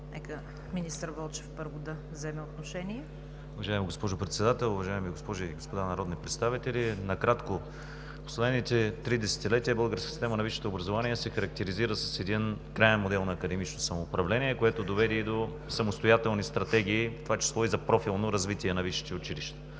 заповядайте. МИНИСТЪР КРАСИМИР ВЪЛЧЕВ: Уважаема госпожо Председател, уважаеми госпожи и господа народни представители! Накратко. В последните три десетилетия българската система на висшето образование се характеризира с един краен модел на академично самоуправление, което доведе и до самостоятелни стратегии, в това число и за профилно развитие на висшите училища.